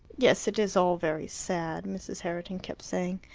yes, it is all very sad, mrs. herriton kept saying.